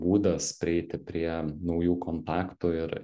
būdas prieiti prie naujų kontaktų ir